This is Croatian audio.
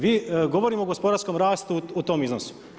Vi, govorimo o gospodarskom rastu u tom iznosu.